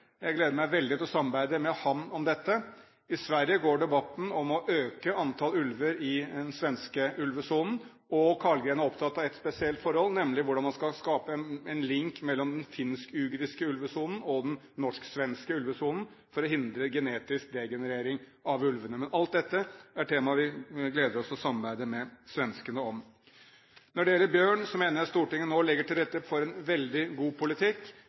Jeg gleder meg veldig til å samarbeide med ham om dette. I Sverige går debatten om å øke antall ulver i den svenske ulvesonen, og Carlgren er opptatt av ett spesielt forhold, nemlig hvordan man skal skape en link mellom den finsk-ugriske ulvesonen og den norsk-svenske ulvesonen for å hindre genetisk degenerering av ulvene. Men alt dette er temaer vi gleder oss til å samarbeide med svenskene om. Når det gjelder bjørn, mener jeg Stortinget nå legger til rette for en veldig god politikk.